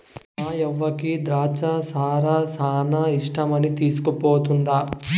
మాయవ్వకి ద్రాచ్చ సారా శానా ఇష్టమని తీస్కుపోతండా